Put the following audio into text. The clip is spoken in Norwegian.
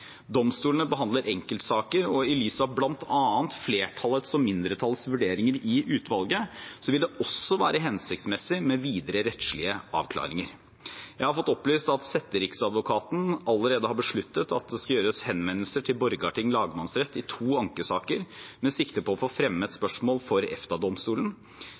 Domstolene behandler enkeltsaker. I lys av bl.a. flertallets og mindretallets vurderinger i utvalget vil det også være hensiktsmessig med videre rettslige avklaringer. Jeg har fått opplyst at setteriksadvokaten allerede har besluttet at det skal gjøres henvendelser til Borgarting lagmannsrett i to ankesaker, med sikte på å få fremmet spørsmål for